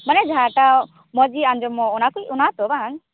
ᱢᱟᱱᱮ ᱡᱟᱦᱟᱸ ᱴᱟ ᱢᱚᱡᱽ ᱜᱮ ᱟᱸᱡᱚᱢᱚᱜ ᱚᱱᱟ ᱠᱤ ᱚᱱᱟ ᱛᱚ ᱵᱟᱝ